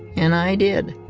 and i did.